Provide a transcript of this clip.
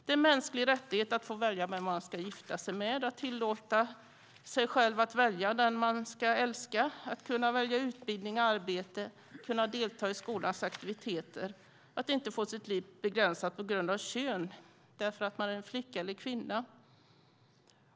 Det är en mänsklig rättighet att välja vem man ska gifta sig med och tillåta sig själv att välja den man ska älska, välja utbildning och arbete, delta i skolans aktiviteter och inte få sitt liv begränsat på grund av kön, därför att man är en flicka eller en kvinna.